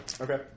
Okay